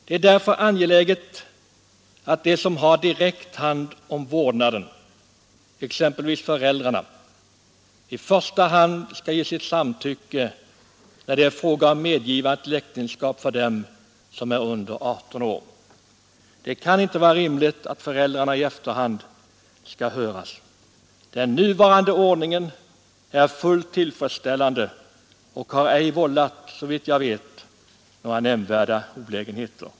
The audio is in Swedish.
Det är därför angeläget att de som direkt har hand om vårdnaden, exempelvis föräldrarna, i första hand skall ge sitt samtycke när det är fråga om medgivande till äktenskap för dem som är under 18 år. Det kan inte vara rimligt att föräldrarna skall höras i efterhand. Den nuvarande ordningen är fullt tillfredsställande och har såvitt jag vet ej vållat några nämnvärda olägenheter.